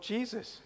Jesus